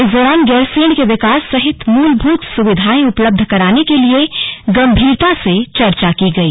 इस दौरान गैरसैंण के विकास सहित मूलभूत सुविधाएं उपलब्ध कराने के लिए गंभीरता से चर्चा की गई